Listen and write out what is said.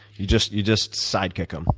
you just you just side kick them.